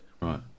Right